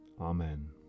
Amen